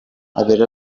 avere